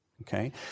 okay